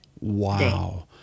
Wow